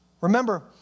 Remember